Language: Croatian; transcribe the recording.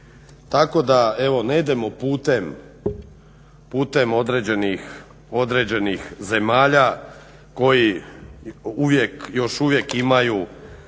Tako da ne idemo putem određenih zemalja koji uvijek još uvijek imaju